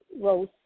rose